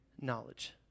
knowledge